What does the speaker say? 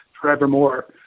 forevermore